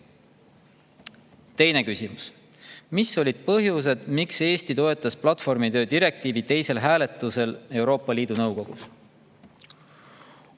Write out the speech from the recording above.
küsimus: "Mis olid põhjused, miks Eesti toetas platvormitöö direktiivi teisel hääletusel Euroopa Liidu nõukogus?"